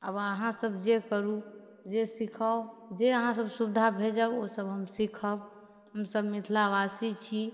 आब अहाँ सब जे करू जे सीखाउ जे अहाँ सब सुविधा भेजब ओ सब हम सीखब हमसब मिथिलावासी छी